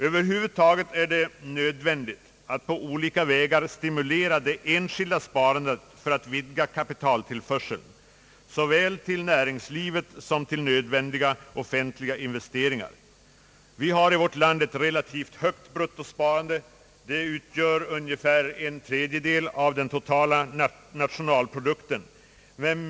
Över huvud taget är det nödvändigt att på olika vägar stimulera det enskilda sparandet för att vidga kapitaltillförseln såväl till näringslivet som till nödvändiga offentliga investeringar, Vi Ang. näringslivets kapitalförsörjning har i vårt land ett relativt högt bruttosparande. Det utgör ungefär en tredjedel av den totala nationalprodukten.